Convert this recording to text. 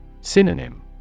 Synonym